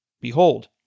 Behold